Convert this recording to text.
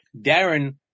Darren